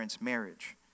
marriage